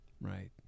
Right